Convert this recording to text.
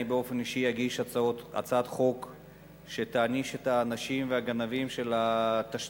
אני באופן אישי אגיש הצעת חוק שתעניש את האנשים והגנבים של התשתיות,